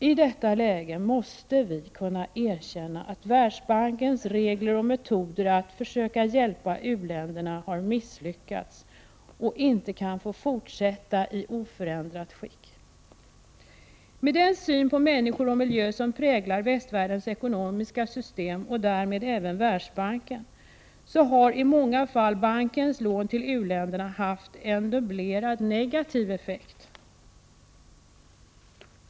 I detta läge måste vi erkänna att Världsbankens regler och metoder för att försöka hjälpa u-länderna har misslyckats och inte kan få fortsätta i oförändrat skick. Med den syn på människor och miljö som präglar västvärldens ekonomiska system — och därmed även Världsbanken — har i många fall bankens lån till u-länderna haft en dubblerad negativ effekt.